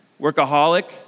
workaholic